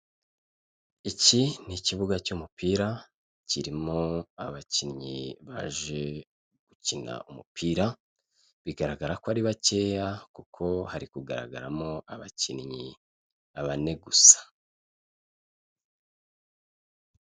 Iki ni ikibuga cy'umupira kirimo abakinnyi baje gukina umupira, bigaragara ko ari bakeya kuko hari kugaragaramo abakinnyi bane gusa.